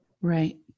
Right